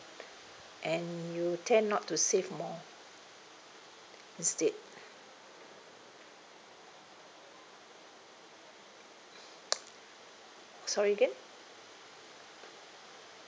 and you tend not to save more instead sorry again